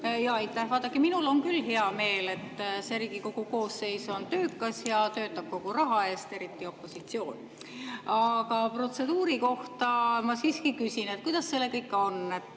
Aitäh! Vaadake, minul on küll hea meel, et see Riigikogu koosseis on töökas ja töötab kogu raha eest, eriti opositsioon. Aga protseduuri kohta ma siiski küsin, et kuidas sellega ikka on.